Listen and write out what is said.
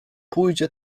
pójdzie